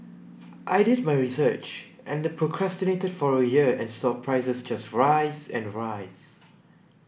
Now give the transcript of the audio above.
I did my research and procrastinated for a year and saw prices just rise and rise